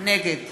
נגד